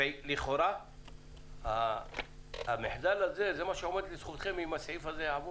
לכאורה המחדל הזה זה מה שעומד לזכותכם אם הסעיף הזה יעבור.